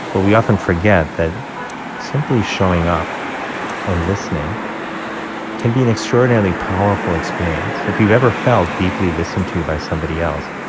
but we often forget that simply showing up and listening can be an extraordinarily powerful experience. if you've ever felt deeply listened to by somebody else,